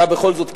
אתה בכל זאת,